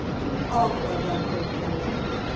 to all of our doctoral candidates,